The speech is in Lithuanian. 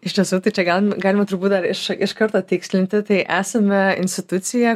iš tiesų tai čia gal galima turbūt dar iš iš karto tikslinti tai esame institucija